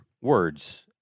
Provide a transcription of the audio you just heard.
words